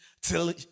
till